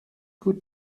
good